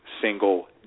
single